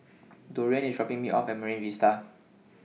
Dorian IS dropping Me off At Marine Vista